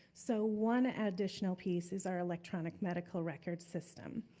so one additional piece is our electronic medical records systems,